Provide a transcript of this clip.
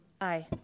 Aye